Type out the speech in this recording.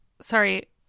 Sorry